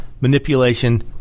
manipulation